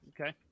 Okay